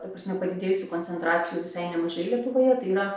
ta prasme padidėjusių koncentracijų visai nemažai lietuvoje tai yra